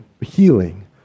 healing